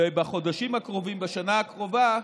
ובחודשים הקרובים, בשנה הקרובה,